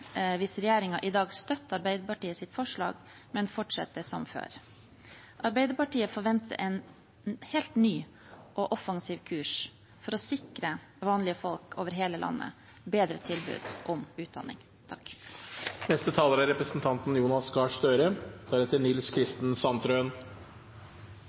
hvis regjeringen i dag støtter Arbeiderpartiets forslag, men fortsetter som før. Arbeiderpartiet forventer en helt ny og offensiv kurs for å sikre vanlige folk over hele landet bedre tilbud om utdanning.